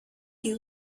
you